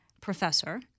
professor